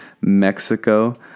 Mexico